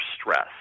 stress